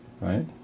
right